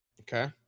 Okay